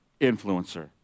influencer